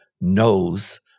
knows